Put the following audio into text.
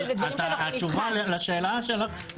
אנחנו צריכים לשבת על זה מבחינה מקצועית